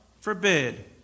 forbid